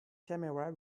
camera